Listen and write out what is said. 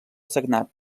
sagnat